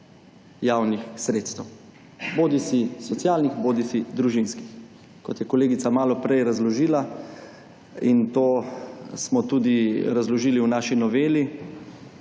javnih sredstev, bodisi socialnih bodisi družinskih. Kot je kolegica malo prej razložila, in to smo tudi razložili v naši noveli,